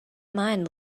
mind